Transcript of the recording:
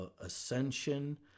ascension